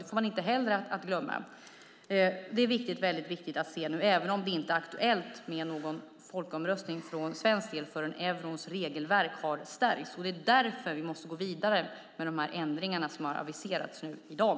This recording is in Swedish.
Det får man inte heller glömma. Det är väldigt viktigt, även om det inte är aktuellt med någon folkomröstning för svensk del förrän eurons regelverk har stärkts. Det är därför vi måste gå vidare med de ändringar som har aviserats i dag.